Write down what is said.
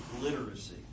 literacy